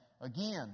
Again